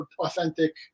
authentic